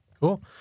Cool